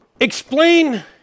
Explain